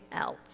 else